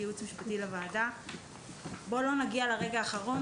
כייעוץ משפטי בואו לא נגיע לרגע האחרון,